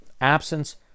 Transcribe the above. absence